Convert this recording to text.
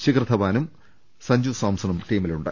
ശിഖർധവാനും സംഞ്ജു സാംസണും ടീമിലുണ്ട്